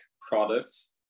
products